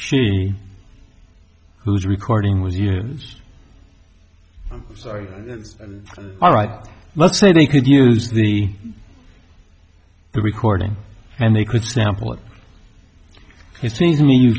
who was recording with all right let's say they could use the the recording and they could sample it it seems to me you